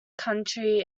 county